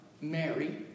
Mary